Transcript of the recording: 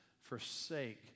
forsake